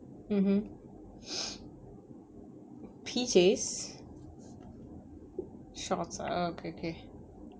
mmhmm P_Js shorts ah okay okay